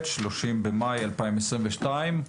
30 במאי 2022,